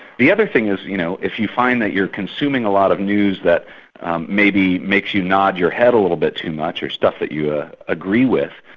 the other thing is you know if you find that you're consuming a lot of news that maybe makes you nod your head a little bit too much, or stuff that you ah agree with,